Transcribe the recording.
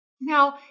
Now